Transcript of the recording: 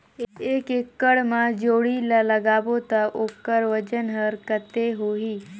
एक एकड़ मा जोणी ला लगाबो ता ओकर वजन हर कते होही?